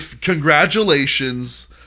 congratulations